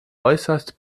äußerst